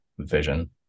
vision